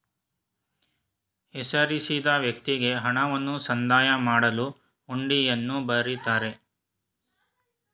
ಹೆಸರಿಸಿದ ವ್ಯಕ್ತಿಗೆ ಹಣವನ್ನು ಸಂದಾಯ ಮಾಡಲು ಹುಂಡಿಯನ್ನು ಬರಿತಾರೆ